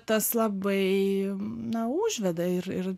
tas labai na užveda ir ir